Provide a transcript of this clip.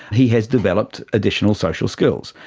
he has developed additional social skills.